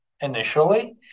initially